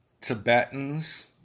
Tibetans